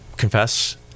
confess